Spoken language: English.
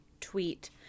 tweet